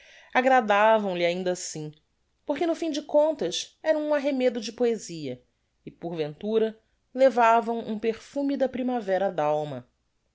esticar agradavam lhe ainda assim porque no fim de contas eram um arremedo de poesia e por ventura levavam um perfume da primavera d'alma